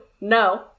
no